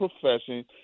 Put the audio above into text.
profession